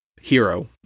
hero